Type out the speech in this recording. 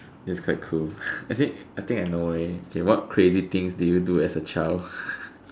this is quite cool I think I think I know already okay what crazy things did you do as a child